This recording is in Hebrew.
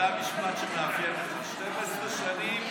זה המשפט שלך: 12 שנים,